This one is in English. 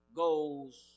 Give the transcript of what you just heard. goes